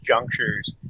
junctures